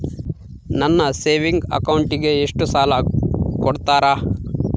ನನ್ನ ಸೇವಿಂಗ್ ಅಕೌಂಟಿಗೆ ಎಷ್ಟು ಸಾಲ ಕೊಡ್ತಾರ?